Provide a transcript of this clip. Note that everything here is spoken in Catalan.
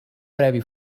previ